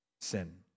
sin